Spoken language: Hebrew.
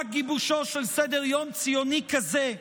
רק גיבושו של סדר-יום ציוני כזה,